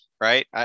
right